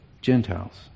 Gentiles